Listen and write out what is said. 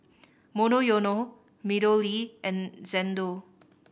Monoyono MeadowLea and Xndo